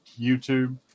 youtube